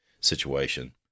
situation